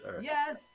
Yes